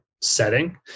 setting